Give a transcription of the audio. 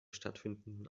stattfindenden